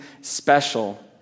special